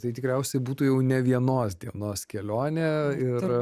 tai tikriausiai būtų jau ne vienos dienos kelionė ir